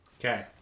Okay